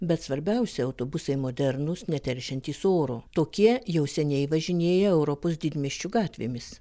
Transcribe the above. bet svarbiausia autobusai modernūs neteršiantys oro tokie jau seniai važinėja europos didmiesčių gatvėmis